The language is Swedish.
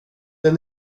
den